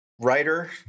writer